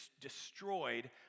destroyed